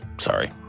sorry